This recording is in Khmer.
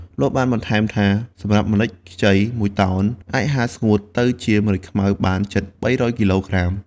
លោកបានបន្ថែមថា សម្រាប់ម្រេចខ្ចីមួយតោន អាចហាលស្ងួតទៅជាម្រេចខ្មៅបានជិត ៣០០ គីឡូក្រាម។